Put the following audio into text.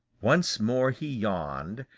once more he yawned,